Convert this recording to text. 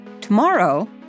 Tomorrow